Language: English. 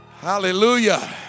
Hallelujah